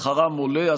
אז שכרם עולה,